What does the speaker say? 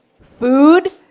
food